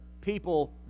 people